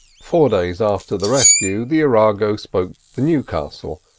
four days after the rescue the arago spoke the newcastle,